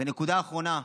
ונקודה אחרונה.